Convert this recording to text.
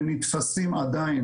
ונתפסים עדיין,